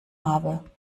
habe